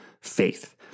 faith